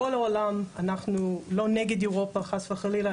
אנחנו לא נגד אירופה חס וחלילה.